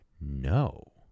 no